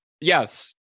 yes